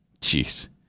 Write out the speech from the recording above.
Jeez